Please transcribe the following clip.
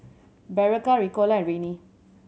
Berocca Ricola and Rene